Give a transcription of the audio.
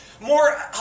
more